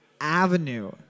Avenue